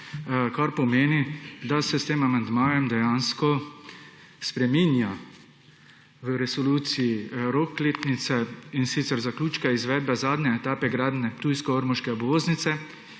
kar pomeni, da se s tem amandmajem dejansko spreminja v resoluciji rok letnice, in sicer zaključka izvedbe zadnje etape gradnje ptujsko-ormoške obvoznice.